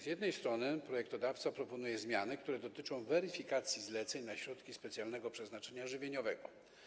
Z jednej strony projektodawca proponuje zmiany, które dotyczą weryfikacji zleceń na środki specjalnego przeznaczenia żywieniowego.